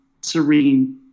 serene